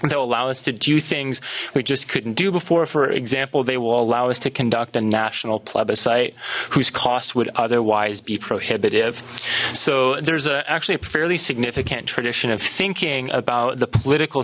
web they'll allow us to do things we just couldn't do before for example they will allow us to conduct a national plebiscite whose cost would otherwise be prohibitive so there's actually a fairly significant tradition of thinking about the political